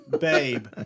babe